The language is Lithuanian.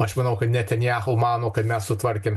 aš manau kad netanyahu mano kad mes sutvarkėm